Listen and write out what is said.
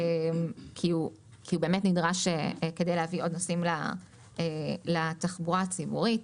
כי הוא באמת נדרש כדי להביא עוד נושאים לתחבורה הציבורית.